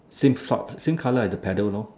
same stout same colour as the petal lor